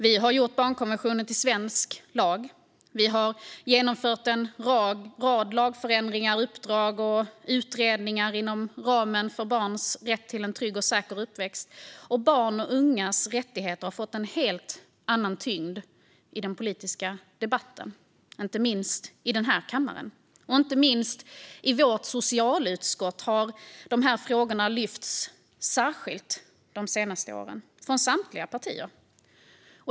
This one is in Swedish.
Vi har gjort barnkonventionen till svensk lag, och vi har genomfört en rad lagförändringar, uppdrag och utredningar inom ramen för barns rätt till en trygg och säker uppväxt. Barns och ungas rättigheter har fått en helt annan tyngd i den politiska debatten, inte minst i den här kammaren. Inte minst i socialutskottet har frågorna lyfts upp särskilt de senaste åren av samtliga partier.